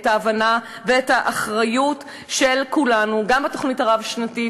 את ההבנה ואת האחריות של כולנו גם בתוכנית הרב-שנתית